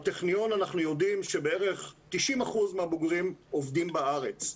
בטכניון אנחנו יודעים שבערך 90% מהבוגרים עובדים בארץ,